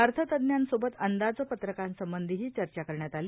अर्थतज्ञांसोबत अंदाजपत्रकासंबंधीही चर्चा करण्यात आली